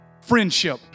Friendship